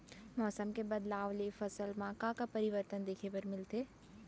मौसम के बदलाव ले फसल मा का का परिवर्तन देखे बर मिलथे?